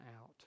out